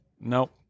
Nope